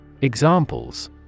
Examples